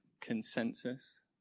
consensus